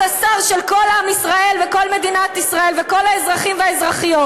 אתה שר של כל עם ישראל וכל מדינת ישראל וכל האזרחים והאזרחיות,